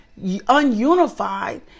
ununified